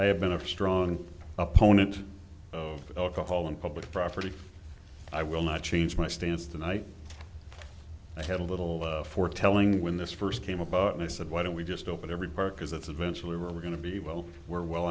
i have been a strong opponent of alcohol in public property i will not change my stance tonight i had a little foretelling when this first came about and they said why don't we just open every park because it's eventually we're going to be well we're well